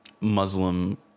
Muslim